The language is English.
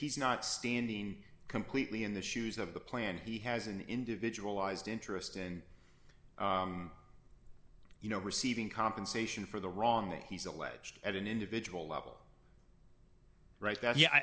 's not standing completely in the shoes of the plan he has an individual ised interest in you know receiving compensation for the wrongly he's alleged at an individual level right